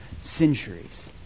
centuries